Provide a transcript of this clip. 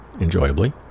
enjoyably